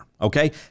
okay